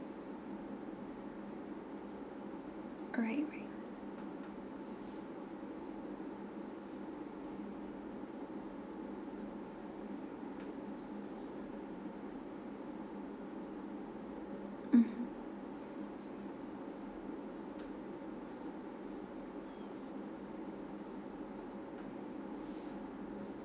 alright alright mmhmm